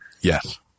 Yes